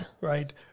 right